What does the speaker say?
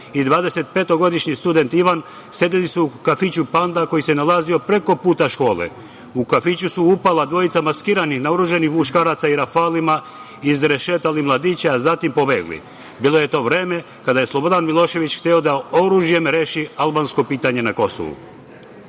(17) i studen Ivan (25) sedeli su u kafiću „Panda“ koji se nalazi preko puta škole. U kafić su upala dvojica maskiranih naoružanih muškaraca i rafalima izrešetali mladiće, a zatim pobegli. Bilo je to vreme kada je Slobodan Milošević hteo da oružjem reši albansko pitanje na Kosovu. Zločin